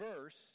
verse